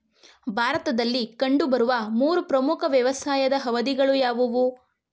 ಭಾರತದಲ್ಲಿ ಕಂಡುಬರುವ ಮೂರು ಪ್ರಮುಖ ವ್ಯವಸಾಯದ ಅವಧಿಗಳು ಯಾವುವು?